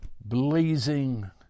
blazing